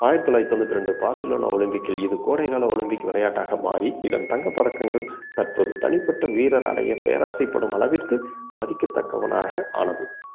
ஆயிரத்தி தொள்ளாயிரத்தி தொண்ணூற்றி ரெண்டு பார்சிலோனா ஒலிம்பிக்கில் இது கோடைக்கால ஒலிம்பிக் விளையாட்டாக மாறி இதன் தங்க பதக்கங்கள் தற்போது தனிப்பட்ட வீரர்கள் அடைய பேராசைப்படும் அளவிற்கு மதிக்கத்தக்கவனாக ஆனது